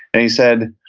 and he said,